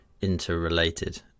interrelated